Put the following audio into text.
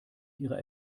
ihre